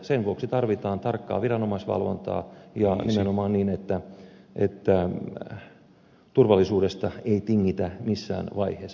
sen vuoksi tarvitaan tarkkaa viranomaisvalvontaa ja nimenomaan niin että turvallisuudesta ei tingitä missään vaiheessa